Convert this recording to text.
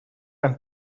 and